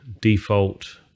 default